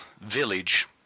village